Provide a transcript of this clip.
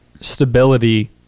stability